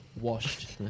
Washed